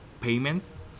payments